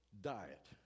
diet